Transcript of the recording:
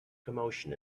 commotion